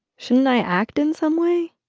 shouldn't i act in some way?